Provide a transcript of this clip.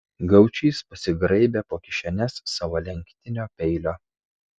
gaučys pasigraibė po kišenes savo lenktinio peilio